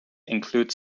include